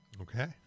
Okay